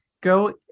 Go